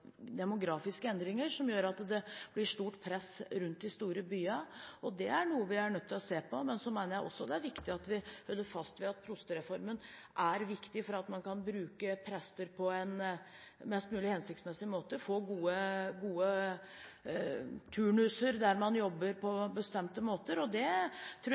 demografiske endringer som gjør at det blir stort press rundt de store byene. Det er noe vi er nødt til å se på. Men så mener jeg også det er viktig at vi holder fast ved at prostereformen er viktig for at man kan bruke prester på en mest mulig hensiktsmessig måte, få gode turnuser der man jobber på bestemte måter. Der tror jeg fortsatt det